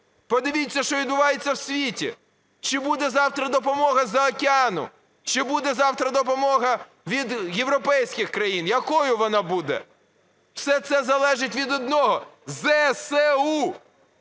Подивіться що відбувається в світі. Чи буде завтра допомога з-за океану? Чи буде завтра допомога від європейських країн? Якою вона буде? Все це залежить від одного – ЗСУ.